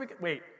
Wait